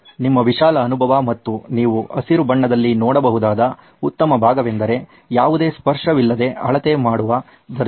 ನಿಮ್ಮ ವಿಶಾಲ ಅನುಭವ ಮತ್ತು ನೀವು ಹಸಿರು ಬಣ್ಣದಲ್ಲಿ ನೋಡಬಹುದಾದ ಉತ್ತಮ ಭಾಗವೆಂದರೆ ಯಾವುದೇ ಸ್ಪರ್ಶವಿಲ್ಲದೆ ಅಳತೆ ಮಾಡುತ್ತಿರುವ ದರ್ಜಿ